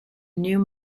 new